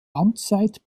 amtszeit